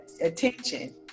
attention